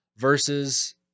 versus